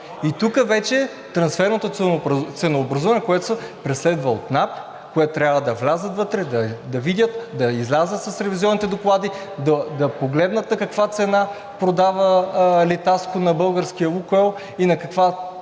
И тук вече трансферното ценообразуване, което се преследва от НАП, които трябва да влязат вътре, да видят, да излязат с ревизионните доклади, да погледнат на каква цена продава „Литаско“ на българския „Лукойл“ и на каква